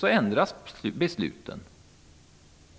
besluten ändras.